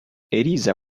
eliza